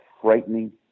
frightening